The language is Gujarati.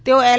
તેઓ એલ